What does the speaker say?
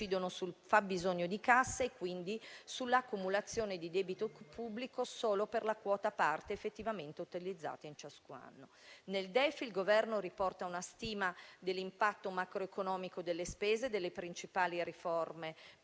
Nel DEF il Governo riporta una stima dell'impatto macroeconomico delle spese delle principali riforme previste